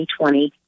2020